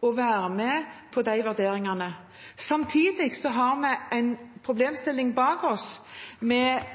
å være med på de vurderingene. Samtidig har vi en problemstilling bak oss med